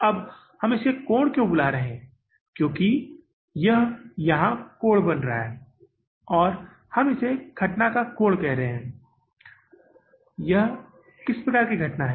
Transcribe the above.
अब हम इस कोण को बुला रहे हैं क्योंकि यह यहाँ कोण बन रहा है और हम इसे घटना का कोण कह रहे हैं यह किस प्रकार की घटना है